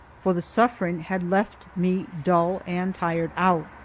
for the suffering had left me dull and tired out.